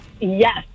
Yes